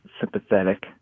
sympathetic